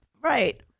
Right